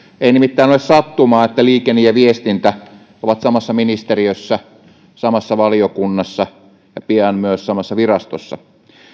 ei nimittäin ole sattumaa että liikenne ja viestintä ovat samassa ministeriössä samassa valiokunnassa ja pian myös samassa virastossa